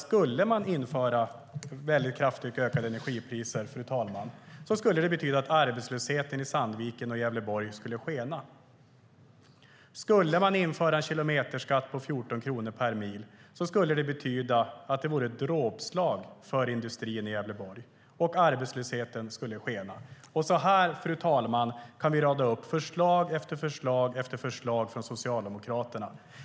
Skulle energipriserna öka kraftigt, fru talman, är det klart att arbetslösheten i Sandviken och övriga Gävleborg skulle skena. Skulle man införa en kilometerskatt på 14 kronor per mil skulle det betyda ett dråpslag för industrin i Gävleborg, och arbetslösheten skulle skena. Så här, fru talman, kan vi rada upp förslag efter förslag från Socialdemokraterna.